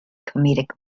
comedic